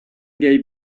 gave